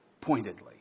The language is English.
pointedly